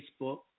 Facebook